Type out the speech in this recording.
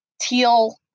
teal